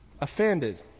Offended